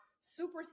super